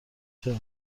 چرا